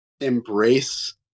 embrace